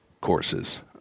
courses